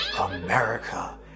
america